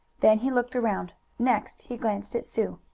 then he looked around. next he glanced at sue.